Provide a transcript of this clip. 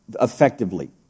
effectively